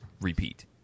repeat